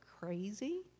crazy